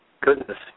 Goodness